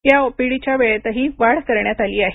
या ओपीडीच्या वेळेतही वाढ करण्यात आली आहे